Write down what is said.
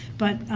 but,